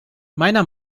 meiner